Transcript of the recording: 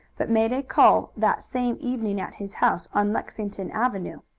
but made a call that same evening at his house on lexington avenue.